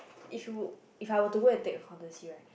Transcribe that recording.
if you if I were to go and take accountacy right